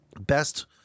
best